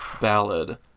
ballad